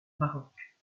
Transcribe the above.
baroque